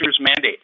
mandate